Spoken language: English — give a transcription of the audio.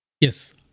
Yes